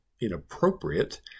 inappropriate